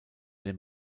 den